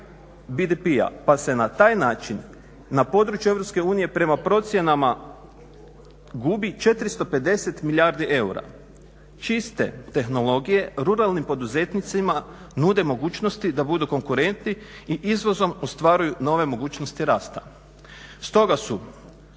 BDP-a pa se na taj način na području Europske unije prema procjenama gubi 450 milijardi eura čiste tehnologije, ruralnim poduzetnicima nude mogućnosti da budu konkurentni i izvozom ostvaruju nove mogućnosti rasta. Stoga su